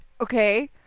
Okay